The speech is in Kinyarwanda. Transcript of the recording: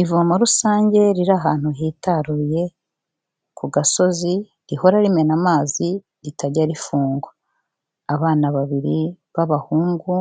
Ivomo rusange riri ahantu hitaruye ku gasozi rihora rimena amazi ritajya rifungwa, abana babiri b'abahungu